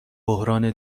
بحران